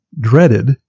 dreaded